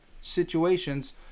situations